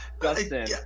Dustin